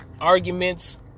arguments